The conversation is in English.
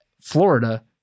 florida